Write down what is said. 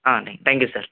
ah thank thank you sir